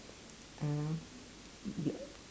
um y~